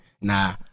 Nah